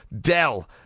Dell